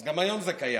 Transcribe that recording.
אז גם היום זה קיים.